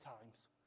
times